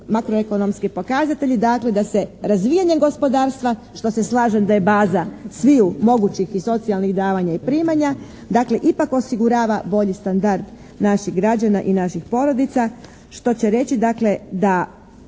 makroekonomski pokazatelji dakle da se razvijanjem gospodarstva što se slažem da je baza sviju mogućih i socijalnih davanja i primanja, dakle ipak osigurava bolji standard naših građana i naših porodica. Što će reći dakle da